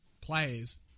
players